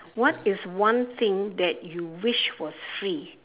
what is one thing that you wish was free